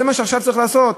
זה מה שעכשיו צריך לעשות.